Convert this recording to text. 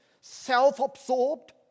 self-absorbed